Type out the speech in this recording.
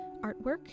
Artwork